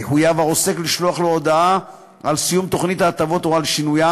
יחויב העוסק לשלוח לו הודעה על סיום תוכנית ההטבות או על שינויה,